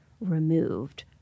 removed